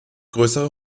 größere